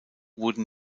wurden